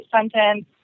sentence